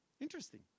Interesting